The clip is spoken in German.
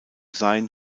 sein